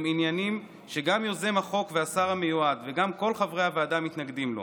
עניינים שגם יוזם החוק והשר המיועד וגם כל חברי הוועדה מתנגדים לו,